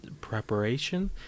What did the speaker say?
preparation